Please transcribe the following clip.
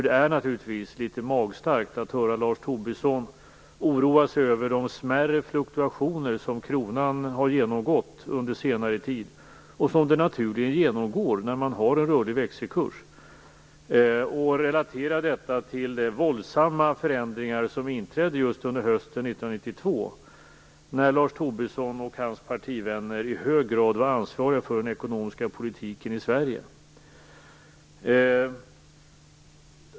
Det är naturligtvis litet magstarkt att Lars Tobisson här oroar sig över de smärre fluktuationer som kronan har genomgått under senare tid och som den naturligen genomgår när man har en rörlig växelkurs - man kan relatera detta till de våldsamma förändringar som inträdde just under hösten 1992, när Lars Tobisson och hans partivänner i hög grad var ansvariga för den ekonomiska politiken i Sverige.